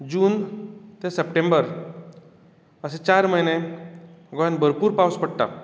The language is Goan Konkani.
जून तें सप्टेंबर अशे चार म्हयने गोंयांत भरपूर पावस पडटा